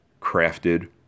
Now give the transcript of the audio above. crafted